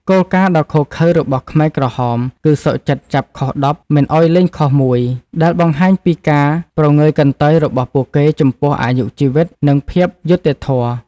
គោលការណ៍ដ៏ឃោរឃៅរបស់ខ្មែរក្រហមគឺ "សុខចិត្តចាប់ខុស ១០ មិនឱ្យលែងខុស ១" ដែលបង្ហាញពីការព្រងើយកន្តើយរបស់ពួកគេចំពោះអាយុជីវិត និងភាពយុត្តិធម៌។